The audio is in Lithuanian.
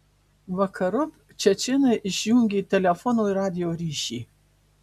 vakarop čečėnai išjungė telefono ir radijo ryšį